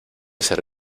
ser